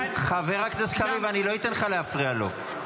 חבר הכנסת קריב, אני לא אתן לך להפריע לו.